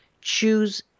Choose